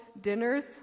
dinners